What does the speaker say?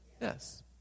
Yes